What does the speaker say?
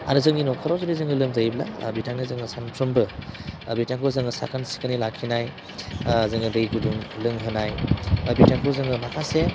आरो जोंनि न'खराव जुदि जोङो लोमजायोब्ला बिथांनो जोङो सानफ्रोमबो बिथांखौ जोङो साखोन सिखोनै लाखिनाय जोङो दै गुदुं लोंहोनाय बा बिथांखौ जोङो माखासे